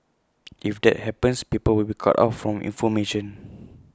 if that happens people will be cut off from information